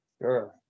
Sure